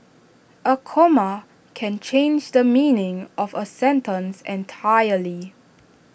A comma can change the meaning of A sentence entirely